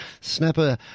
Snapper